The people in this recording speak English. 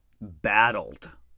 battled